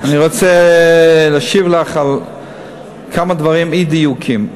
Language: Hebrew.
אני רוצה להשיב לך על כמה אי-דיוקים.